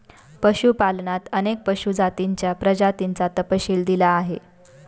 पशुपालनात अनेक पशु जातींच्या प्रजातींचा तपशील दिला आहे